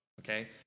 Okay